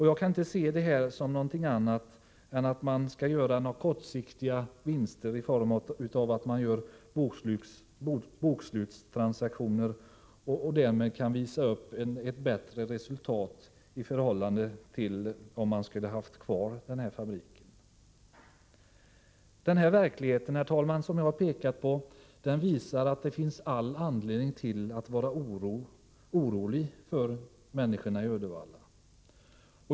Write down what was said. Jag kan inte se det som någonting annat än att man vill göra kortsiktiga vinster i form av bokslutstransaktioner för att därmed kunna visa upp ett bättre resultat än om man hade haft kvar fabriken. Herr talman! Den verklighet som jag har pekat. på visar att det finns anledning att vara orolig för människorna i Uddevalla.